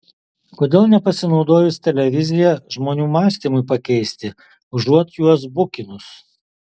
kodėl nepasinaudojus televizija žmonių mąstymui pakeisti užuot juos bukinus